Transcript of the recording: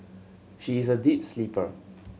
she is a deep sleeper